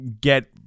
get